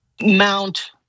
mount